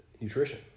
nutrition